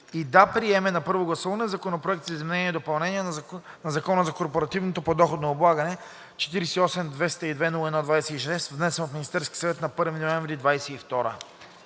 и да приеме на първо гласуване Законопроект за изменение и допълнение на Закона за корпоративното подоходно облагане, № 48-202-01-26, внесен от Министерския съвет на 1 ноември 2022